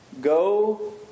Go